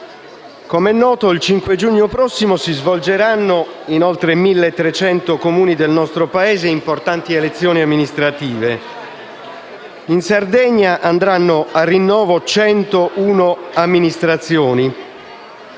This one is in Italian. come noto il 5 giugno prossimo si svolgeranno in oltre 1.300 Comuni del nostro Paese importanti elezioni amministrative. In Sardegna andranno al rinnovo 101 amministrazioni